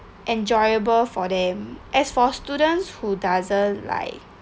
enjoyable for them as for students who doesn't like